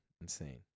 insane